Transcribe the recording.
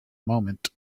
moment